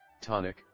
tonic